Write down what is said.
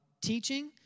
Teaching